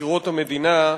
בחקירות המדינה,